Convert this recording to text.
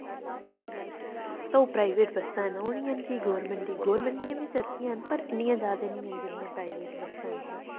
ओह् प्राईवेट बस्सां न ओह् निं हैन कि गौरमेंट दियां बस्सां गौरमेंट दियां बस्सां बी हैन पर इन्नियां निं हैन पर जिन्नियां प्राईवेट बस्सां न